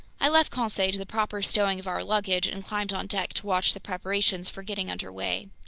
i left conseil to the proper stowing of our luggage and climbed on deck to watch the preparations for getting under way.